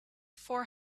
four